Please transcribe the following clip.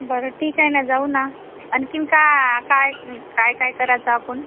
बरं ठीक आहे ना जाऊ ना आणखी का काय काय काय करायचं आपण